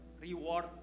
reward